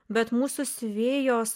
bet mūsų siuvėjos